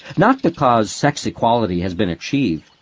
not because sex equality has been achieved,